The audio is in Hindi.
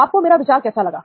आपको मेरा विचार कैसा लगा